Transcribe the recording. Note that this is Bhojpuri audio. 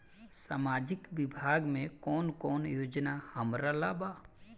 सामाजिक विभाग मे कौन कौन योजना हमरा ला बा?